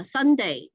Sunday